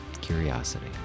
curiosity